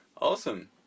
Awesome